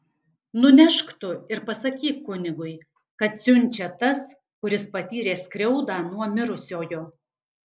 nunešk tu ir pasakyk kunigui kad siunčia tas kuris patyrė skriaudą nuo mirusiojo